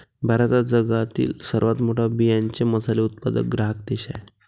भारत हा जगातील सर्वात मोठा बियांचे मसाले उत्पादक ग्राहक देश आहे